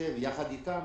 חושב שיחד איתם